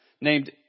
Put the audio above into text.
named